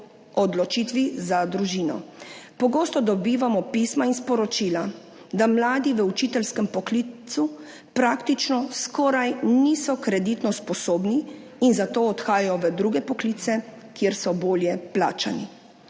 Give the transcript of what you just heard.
odločitvi za družino. Pogosto dobivamo pisma in sporočila, da mladi v učiteljskem poklicu praktično skoraj niso kreditno sposobni in zato odhajajo v druge poklice, kjer so bolje plačani.